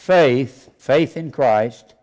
faith faith in christ